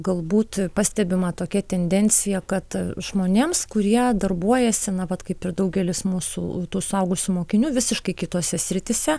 galbūt pastebima tokia tendencija kad žmonėms kurie darbuojasi na vat kaip ir daugelis mūsų tų suaugusių mokinių visiškai kitose srityse